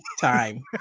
time